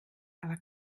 aber